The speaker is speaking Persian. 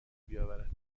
بیاورد